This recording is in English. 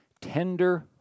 Tender